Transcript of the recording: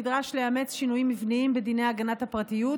נדרש לאמץ שינויים מבניים בדיני הגנת הפרטיות,